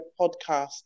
podcast